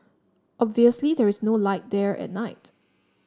obviously there is no light there at night